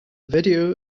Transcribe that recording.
video